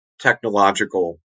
technological